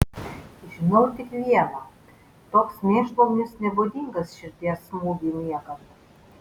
žinau tik viena toks mėšlungis nebūdingas širdies smūgiui miegant